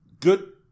Good